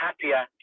happier